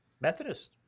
Methodist